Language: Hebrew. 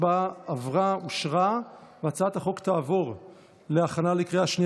ההצעה להעביר את הצעת חוק לתיקון פקודת התעבורה (תיקון מס' 133),